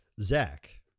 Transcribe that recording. Zach